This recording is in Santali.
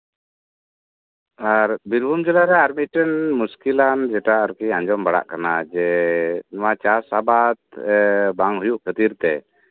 ᱟᱨ ᱵᱤᱨᱵᱷᱩᱢ ᱡᱮᱞᱟᱨᱮ ᱟᱨ ᱢᱤᱫᱴᱟᱱ ᱢᱩᱥᱠᱤᱞᱟᱱ ᱡᱮᱴᱟ ᱟᱨᱠᱤ ᱵᱮᱯᱟᱨ ᱟᱸᱡᱚᱢ ᱵᱟᱲᱟ ᱠᱟᱫᱟ ᱡᱮ ᱱᱚᱶᱟ ᱪᱟᱥ ᱟᱵᱟᱫ ᱦᱚᱸ ᱵᱟᱝ ᱦᱩᱭᱩᱜ ᱠᱟᱱ ᱠᱷᱟᱹᱛᱤᱨ ᱛᱮ